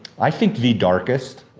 i think the darkest,